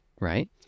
right